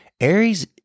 Aries